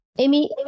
Amy